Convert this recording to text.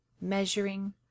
measuring